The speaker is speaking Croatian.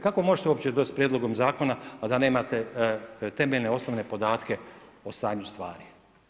Kako možete uopće doći s prijedlogom zakona, a da nemate temeljne, osnovne podatke o stanju stvari.